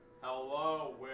Hello